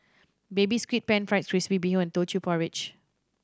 Baby Squid Pan Fried Crispy Bee Hoon and Teochew Porridge